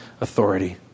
authority